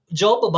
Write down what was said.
job